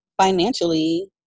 financially